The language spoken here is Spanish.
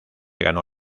ganó